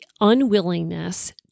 unwillingness